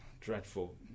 dreadful